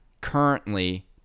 currently